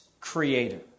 creator